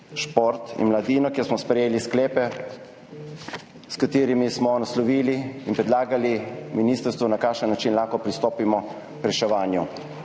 znanost in mladino, kjer smo sprejeli sklepe, s katerimi smo naslovili in predlagali ministrstvu, na kakšen način lahko pristopimo k reševanju.